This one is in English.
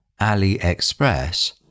AliExpress